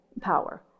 power